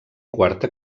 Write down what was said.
quarta